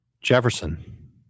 Jefferson